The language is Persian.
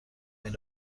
این